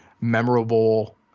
memorable